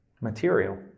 material